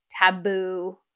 taboo